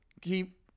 keep